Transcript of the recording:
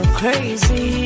crazy